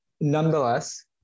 nonetheless